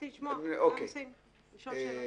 באתי לשמוע, בכמה נושאים לשאול שאלות.